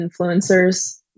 influencers